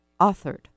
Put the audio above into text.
authored